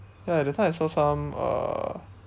ya that time I saw some uh